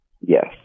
Yes